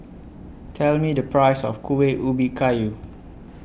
Tell Me The Price of Kuih Ubi Kayu